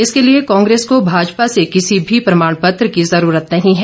इसके लिए कांग्रेस को भाजपा से किसी भी प्रमाणपत्र की जरूरत नहीं है